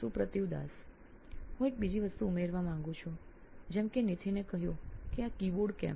સુપ્રતિવ Das CTO નોઇન electronics હું એક બીજી વસ્તુ ઉમેરવા માંગું છું જેમ કે નીથિને કહ્યું કે આ કીબોર્ડ કેમ